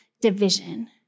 division